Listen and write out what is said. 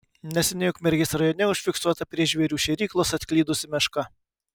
neseniai ukmergės rajone užfiksuota prie žvėrių šėryklos atklydusi meška